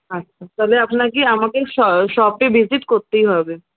আচ্ছা তাহলে আপনাকে আমাকেই শপে ভিজিট করতেই হবে